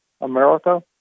America